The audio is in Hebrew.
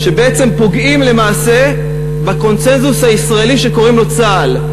שבעצם פוגעים למעשה בקונסנזוס הישראלי שקוראים לו צה"ל.